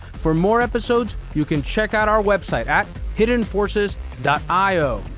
for more episodes, you can check out our website at hiddenforces io.